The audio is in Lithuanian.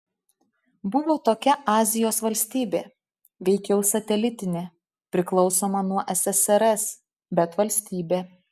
buvo tokia azijos valstybė veikiau satelitinė priklausoma nuo ssrs bet valstybė